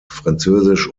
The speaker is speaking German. französisch